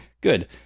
Good